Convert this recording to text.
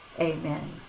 Amen